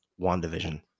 WandaVision